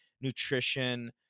nutrition